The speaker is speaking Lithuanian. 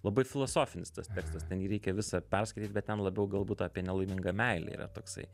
labai filosofinis tas tekstas ten jį reikia visą perskaityt bet ten labiau galbūt apie nelaimingą meilę yra toksai